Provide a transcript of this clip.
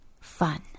fun